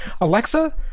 Alexa